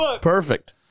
Perfect